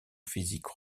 physique